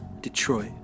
Detroit